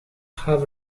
have